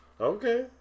Okay